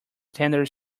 tender